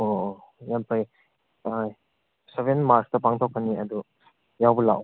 ꯑꯣ ꯑꯣ ꯌꯥꯝ ꯐꯩ ꯁꯦꯚꯦꯟ ꯃꯥꯔꯁꯇ ꯄꯥꯡꯊꯣꯛꯀꯅꯤ ꯑꯗꯨ ꯌꯥꯎꯕ ꯂꯥꯛꯑꯣ